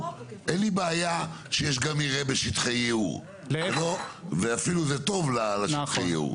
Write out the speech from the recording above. אין לי בעיה שיש גם מרעה בשטחי ייעור וזה אפילו טוב לשטיח ייעור.